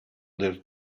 del